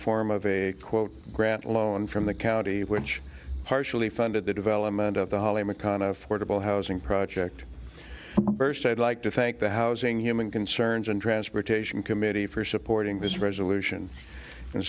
form of a quote grant loan from the county which partially funded the development of the holly mcconnell affordable housing project burst i'd like to thank the housing human concerns and transportation committee for supporting this resolution and